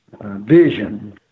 vision